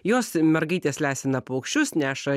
jos mergaitės lesina paukščius neša